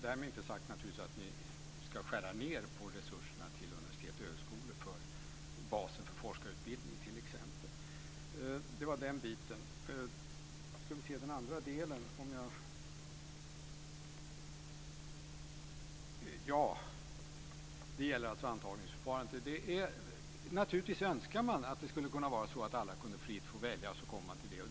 Därmed är det naturligtvis inte sagt att vi ska skära ned på resurserna till universitet och högskolor - för basen för forskarutbildning, t.ex. Det var den biten. Den andra delen gäller antagningsförfarandet. Naturligtvis önskar man att det skulle kunna vara så att alla fritt kunde få välja vart de ville komma.